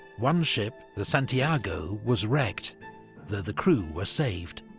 one ship, the santiago was wrecked though the crew were saved.